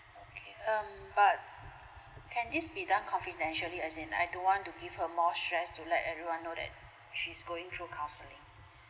okay um but can this be done confidentially as in I don't want to give her more stress to let everyone know that she's going through counselling